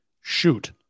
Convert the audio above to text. shoot